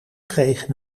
kregen